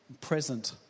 present